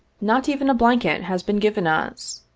not even a blanket has been given us.